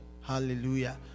Hallelujah